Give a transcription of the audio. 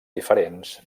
diferents